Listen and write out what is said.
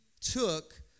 took